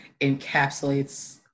encapsulates